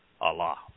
Allah